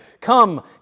Come